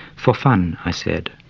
for fun i said.